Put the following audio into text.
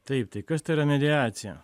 taip tai kas tai yra mediacija